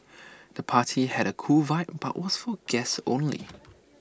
the party had A cool vibe but was for guests only